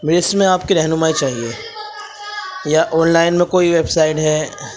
مجھے اس میں آپ کی رہنمائی چاہیے یا آنلائن میں کوئی ویبسائڈ ہے